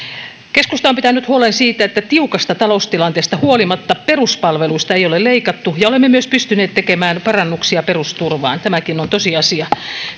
keskusta on pitänyt huolen siitä että tiukasta taloustilanteesta huolimatta peruspalveluista ei ole leikattu ja olemme myös pystyneet tekemään parannuksia perusturvaan tämäkin on tosiasia